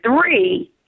three